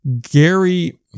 Gary